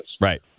Right